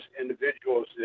individuals